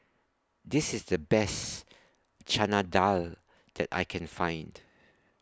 This IS The Best Chana Dal that I Can Find